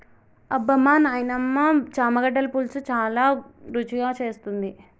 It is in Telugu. అబ్బమా నాయినమ్మ చామగడ్డల పులుసు చాలా రుచిగా చేస్తుంది